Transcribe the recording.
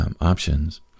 options